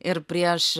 ir prieš